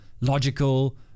logical